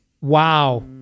Wow